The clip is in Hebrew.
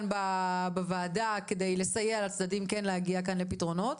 בוועדה כדי לסייע לצדדים להגיע לפתרונות.